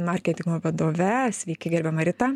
marketingo vadove sveiki gerbiama rita